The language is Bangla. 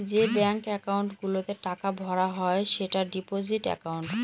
যে ব্যাঙ্ক একাউন্ট গুলোতে টাকা ভরা হয় সেটা ডিপোজিট একাউন্ট